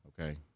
okay